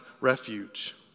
refuge